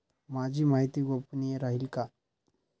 माझी माहिती गोपनीय राहील का?